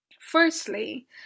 Firstly